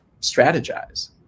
strategize